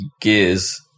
Gears